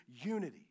unity